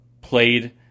played